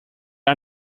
are